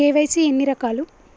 KYC ఎన్ని రకాలు?